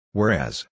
Whereas